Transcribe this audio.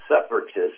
separatists